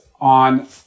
on